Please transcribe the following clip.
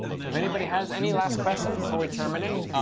so if anybody has any last questions before we terminate.